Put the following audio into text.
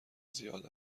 زیاد